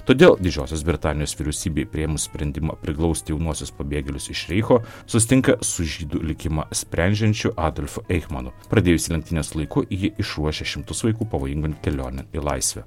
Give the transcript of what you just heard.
todėl didžiosios britanijos vyriausybei priėmus sprendimą priglausti jaunuosius pabėgėlius iš reicho susitinka su žydų likimą sprendžiančiu adolfu eichmanu pradėjusi lenktynes laiku ji išruošia šimtus vaikų pavojingon kelionėn į laisvę